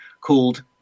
called